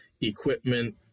equipment